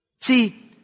See